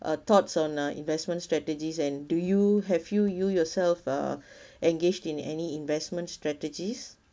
uh thoughts on uh investment strategies and do you have you you yourself uh engaged in any investment strategies